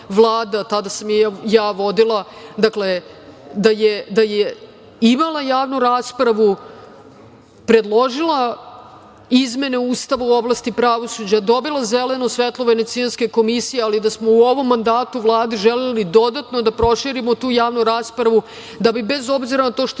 Vlada, tada sam je ja vodila, da je imala javnu raspravu, predložila izmene Ustava u oblasti pravosuđa, dobila zeleno svetlo Venecijanske komisije, ali da smo u ovom mandatu Vlade želeli dodatno da proširimo tu javnu raspravu, da bi bez obzira na to što